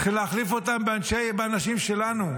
צריכים להחליף אותם באנשים שלנו,